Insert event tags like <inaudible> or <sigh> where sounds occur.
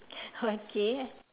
<laughs> okay